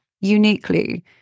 uniquely